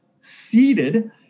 seated